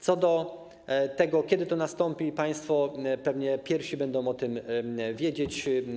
Co do tego, kiedy to nastąpi, państwo pewnie pierwsi będą o tym wiedzieć.